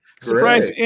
Surprise